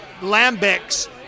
lambics